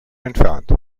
entfernt